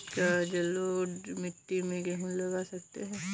क्या जलोढ़ मिट्टी में गेहूँ लगा सकते हैं?